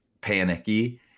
panicky